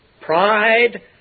Pride